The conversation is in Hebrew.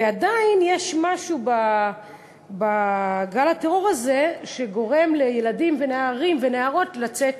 ועדיין יש משהו בגל הטרור הזה שגורם לילדים ונערים ונערות לצאת